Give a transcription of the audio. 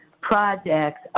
projects